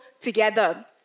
together